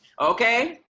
Okay